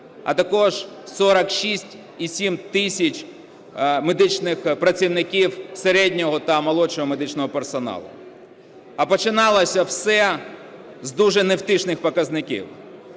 а також 46,7 тисяч медичних працівників середнього та молодшого медичного персоналу. А починалося все з дуже невтішних показників,